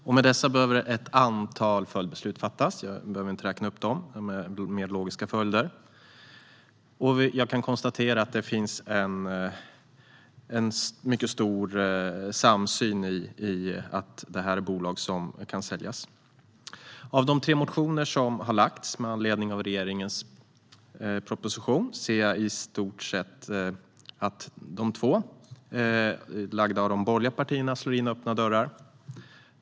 Med dessa beslut behöver även ett antal följdbeslut fattas. Jag behöver inte räkna upp dem; det är logiska följdbeslut. Jag kan konstatera att det finns en mycket stor samsyn i att det här är bolag som kan säljas. Av de tre motioner som lagts fram med anledning av regeringens proposition ser jag att de två från de borgerliga partierna i stort slår in öppna dörrar.